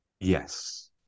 Yes